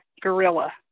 gorilla